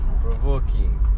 Provoking